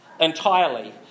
entirely